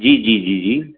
जी जी जी जी